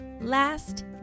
Last